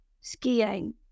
skiing